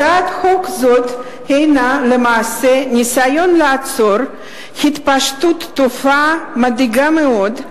הצעת חוק זו הינה למעשה ניסיון לעצור התפשטות תופעה מדאיגה מאוד,